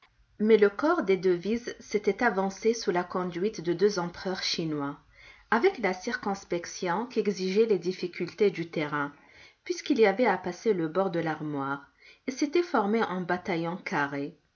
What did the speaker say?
mais le corps des devises s'était avancé sous la conduite de deux empereurs chinois avec la circonspection qu'exigeaient les difficultés du terrain puisqu'il y avait à passer le bord de l'armoire et s'était formé en bataillon carré